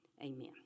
Amen